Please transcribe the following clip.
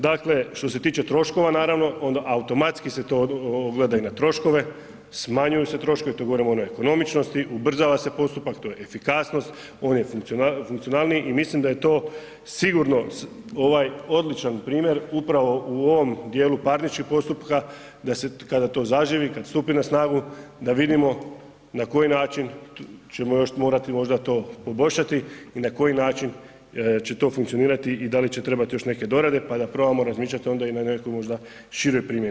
Dakle, što se tiče troškova naravno onda automatski se to ogleda i na troškove, smanjuju se troškovi to govorimo o neekonomičnosti, ubrzava se postupak to je efikasnost on je funkcionalniji i mislim da je to sigurno ovaj odličan primjer upravo u ovom dijelu parničnog postupka, da se kada to zaživi kada stupi na snagu da vidimo na koji način ćemo još morati možda to poboljšati i na koji način će to funkcionirati i da li će trebati još neke dorade pa da probamo razmišljati onda i na nekakvoj možda široj primjeni.